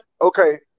Okay